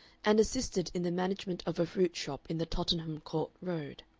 and assisted in the management of a fruit shop in the tottenham court road.